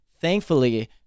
thankfully